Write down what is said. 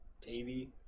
Tavy